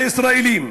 הישראליים,